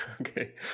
Okay